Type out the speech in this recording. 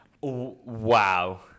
Wow